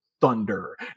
thunder